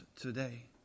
today